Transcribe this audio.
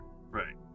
Right